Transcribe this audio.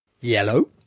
Yellow